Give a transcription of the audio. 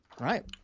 Right